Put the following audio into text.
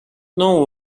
know